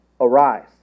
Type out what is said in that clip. Arise